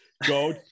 go